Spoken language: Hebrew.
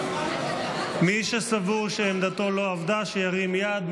מי שסבור שעמדתו לא עבדה, שירים יד.